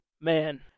Man